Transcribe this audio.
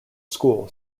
school